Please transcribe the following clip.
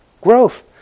Growth